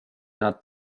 nad